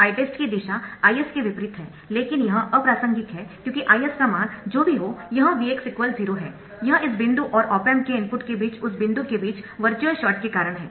Itest की दिशा Is के विपरीत है लेकिन यह अप्रासंगिक है क्योंकि Is का मान जो भी हो यह Vx 0 है यह इस बिंदु और ऑप एम्प के इनपुट के बीच उस बिंदु के बीच वर्चुअल शॉर्ट के कारण है